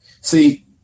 See